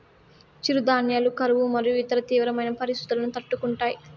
చిరుధాన్యాలు కరువు మరియు ఇతర తీవ్రమైన పరిస్తితులను తట్టుకుంటాయి